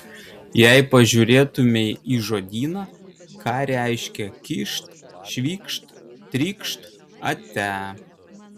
jei pažiūrėtumei į žodyną ką reiškia kyšt švykšt trykšt ate